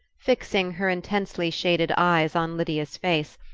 fixing her intensely-shaded eyes on lydia's face,